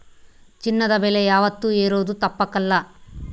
ಚಿನ್ನದ ಬೆಲೆ ಯಾವಾತ್ತೂ ಏರೋದು ತಪ್ಪಕಲ್ಲ